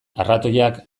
arratoiak